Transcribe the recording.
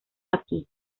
aquí